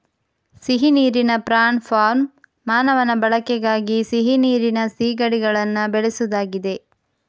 ಸಿಹಿ ನೀರಿನ prawn farm ಮಾನವನ ಬಳಕೆಗಾಗಿ ಸಿಹಿ ನೀರಿನ ಸೀಗಡಿಗಳನ್ನ ಬೆಳೆಸುದಾಗಿದೆ